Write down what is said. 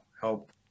help